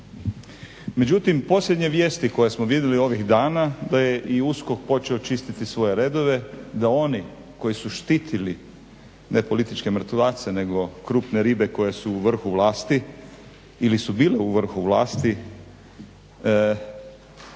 Međutim, posljednje vijesti koje smo vidjeli ovih dana da je i USKOK počeo čistiti svoje redove da oni koji su štitili ne političke mrtvace nego krupne ribe koje su u vrhu vlasti ili su bile u vrhu vlasti